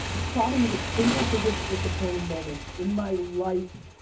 probably the single biggest disappointing moment in my life,